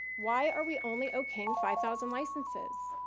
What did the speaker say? why are we only okaying five thousand licenses?